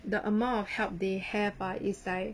the amount of help they have ah is like